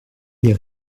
les